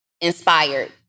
inspired